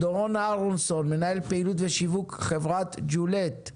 דורון אהרונסון מנהל פעילות ושיווק חברת "ג'ולט",